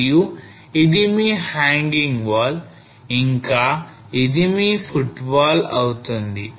మరియు ఇది మీ hanging wall ఇంకా ఇది మీ footwall అవుతుంది